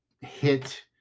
hit